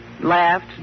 Laughed